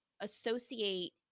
associate